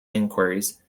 inquiries